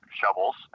shovels